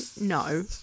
no